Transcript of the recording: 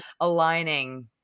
aligning